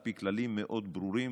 על פי כללים מאוד ברורים,